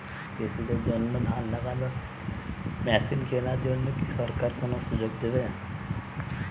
কৃষি দের জন্য ধান লাগানোর মেশিন কেনার জন্য সরকার কোন সুযোগ দেবে?